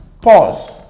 pause